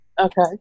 Okay